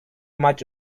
much